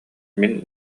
мин